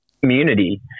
community